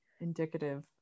Indicative